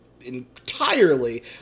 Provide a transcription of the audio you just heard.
entirely